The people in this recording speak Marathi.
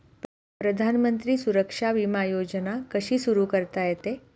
प्रधानमंत्री सुरक्षा विमा योजना कशी सुरू करता येते?